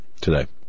today